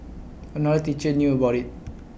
another teacher knew about IT